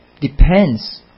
depends